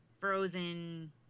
Frozen